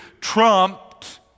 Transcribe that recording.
trumped